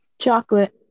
Chocolate